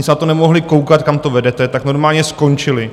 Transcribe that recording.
Oni se na to nemohli koukat, kam to vedete, tak normálně skončili.